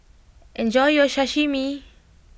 enjoy your Sashimi